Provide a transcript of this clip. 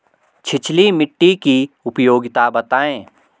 छिछली मिट्टी की उपयोगिता बतायें?